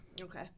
Okay